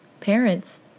Parents